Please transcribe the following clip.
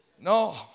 No